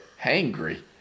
hangry